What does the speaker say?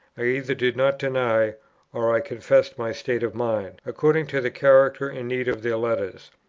i either did not deny or i confessed my state of mind, according to the character and need of their letters.